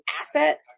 asset